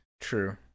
True